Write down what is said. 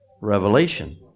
revelation